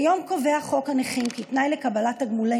כיום קובע חוק הנכים כי תנאי לקבלת תגמולי